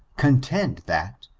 contend that,